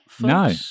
No